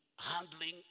handling